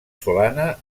solana